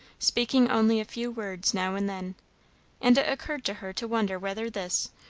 speaking only a few words now and then and it occurred to her to wonder whether this,